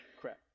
crap